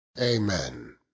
Amen